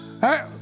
hey